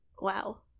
Wow